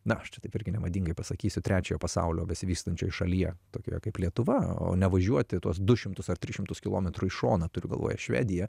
na aš čia taip irgi nemadingai pasakysiu trečiojo pasaulio besivystančioje šalyje tokioje kaip lietuva o nevažiuoti tuos du šimtus ar tris šimtus kilometrų į šoną turiu galvoje švediją